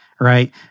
right